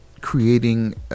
creating